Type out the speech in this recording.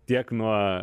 tiek nuo